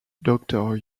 doctor